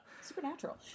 Supernatural